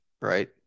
right